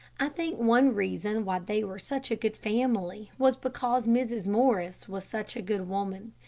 i think one reason why they were such a good family was because mrs. morris was such a good woman.